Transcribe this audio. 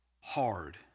hard